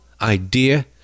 idea